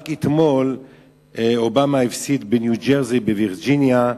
רק אתמול אובמה הפסיד בניו-ג'רסי, בווירג'יניה,